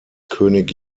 könig